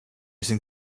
sind